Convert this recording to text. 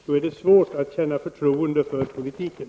Då är det svårt att känna förtroende för politiken.